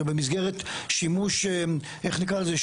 זה במסגרת שימוש איך נקרא לזה,